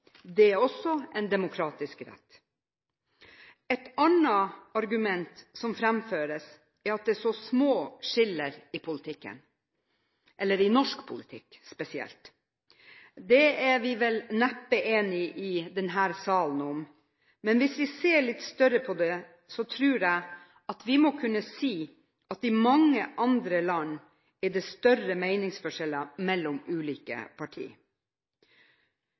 det er også en demokratisk rett. Et annet argument som framføres, er at det er så små skiller i norsk politikk. Det er vi vel neppe enige om i denne salen, men hvis vi ser litt større på det, tror jeg at vi må kunne si at i mange andre land er det større meningsforskjeller mellom ulike